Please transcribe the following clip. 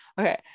Okay